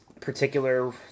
particular